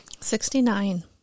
Sixty-nine